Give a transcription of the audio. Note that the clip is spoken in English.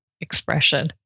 expression